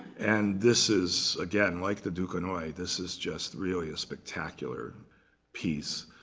and this is, again, like the duquesnoy, this is just really a spectacular piece.